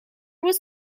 was